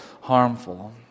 harmful